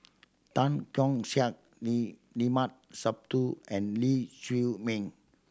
Tan Keong Saik Lee Limat Sabtu and Lee Chiaw Meng